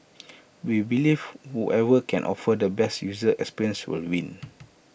we believe whoever can offer the best user experience will win